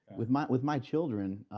with my with my children,